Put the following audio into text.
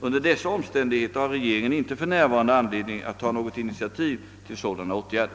Under dessa omständigheter har regeringen inte f.n. anledning att ta något initiativ till sådana åtgärder.